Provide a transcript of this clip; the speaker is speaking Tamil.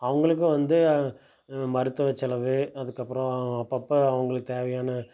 அவங்களுக்கும் வந்து மருத்துவ செலவு அதுக்கப்புறம் அப்பப்ப்போ அவங்களுக்கு தேவையான